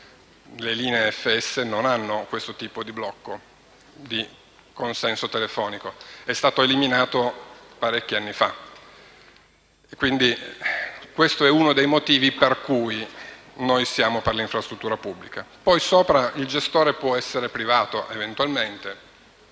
Le linee FS non hanno questo tipo di blocco, di consenso telefonico, che è stato eliminato parecchi anni fa. Quindi, questo è uno dei motivi per cui noi siamo per l'infrastruttura pubblica. Poi, il gestore può essere privato, eventualmente,